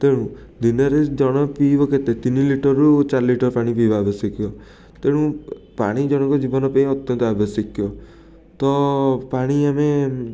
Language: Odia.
ତେଣୁ ଦିନରେ ଜଣେ ପିଇବ କେତେ ତିନି ଲିଟର୍ରୁ ଚାରି ଲିଟର୍ ପାଣି ପିଇବା ଅବଶ୍ୟକୀୟ ତେଣୁ ପାଣି ଜଣଙ୍କ ଜୀବନ ପାଇଁ ଅତ୍ୟନ୍ତ ଅବଶ୍ୟକୀୟ ତ ପାଣି ଆମେ